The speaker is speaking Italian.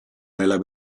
nella